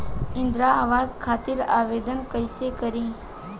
इंद्रा आवास खातिर आवेदन कइसे करि?